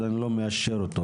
אז אני לא מאשר אותו.